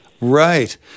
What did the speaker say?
Right